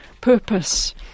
purpose